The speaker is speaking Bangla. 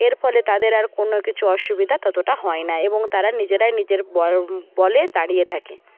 এর ফলে তাদের আর কোনো কিছু অসুবিধা ততটা হয় না এবং তারা নিজেরাই নিজের বলে দাঁড়িয়ে থাকে